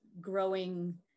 growing